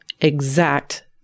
exact